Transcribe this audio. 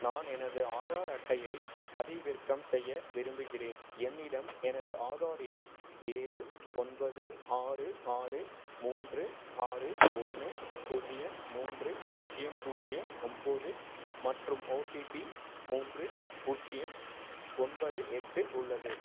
நான் எனது ஆதார் அட்டையைப் பதிவிறக்கம் செய்ய விரும்புகிறேன் என்னிடம் எனது ஆதார் எண் ஏழு ஒன்பது ஆறு ஆறு மூன்று ஆறு ஒன்று பூஜ்ஜியம் மூன்று பூஜ்ஜியம் பூஜ்ஜியம் ஒம்பது மற்றும் ஓடிபி மூன்று பூஜ்ஜியம் ஒன்பது எட்டு உள்ளது